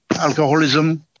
alcoholism